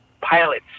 pilots